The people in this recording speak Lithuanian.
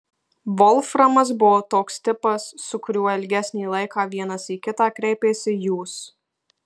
volframas buvo toks tipas su kuriuo ilgesnį laiką vienas į kitą kreipiesi jūs